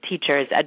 teachers